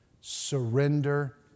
surrender